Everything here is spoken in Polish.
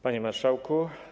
Panie Marszałku!